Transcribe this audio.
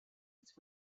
its